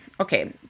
okay